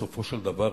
בסופו של דבר,